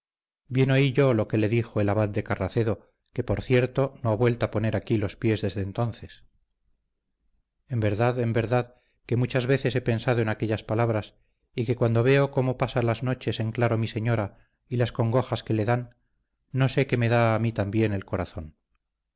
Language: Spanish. bien oí yo lo que le dijo el abad de carracedo que por cierto no ha vuelto a poner aquí los pies desde entonces en verdad en verdad que muchas veces he pensado en aquellas palabras y que cuando veo cómo pasa las noches en claro mi señora y las congojas que le dan no sé qué me da a mí también el corazón